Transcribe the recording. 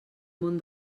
món